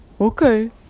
Okay